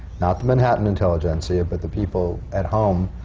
not the manhattan intelligentsia, but the people at home